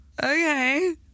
okay